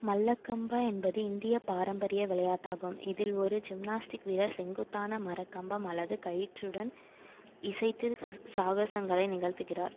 மல்லக்கம்பா என்பது இந்திய பாரம்பரிய விளையாட்டாகும் இதில் ஒரு ஜிம்னாஸ்டிக் வீரர் செங்குத்தான மர கம்பம் அல்லது கயிற்றுடன் இசைத்து சாகசங்களை நிகழ்த்துகிறார்